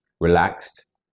relaxed